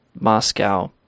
Moscow